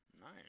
Nice